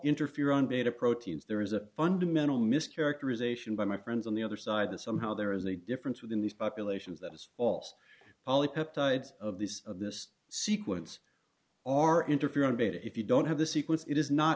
interferon beta proteins there is a fundamental mischaracterization by my friends on the other side that somehow there is a difference within these populations that is false polypeptides of these of this sequence are interferon beta if you don't have the sequence it is not